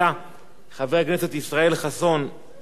חבר הכנסת ישראל חסון, אינו נמצא,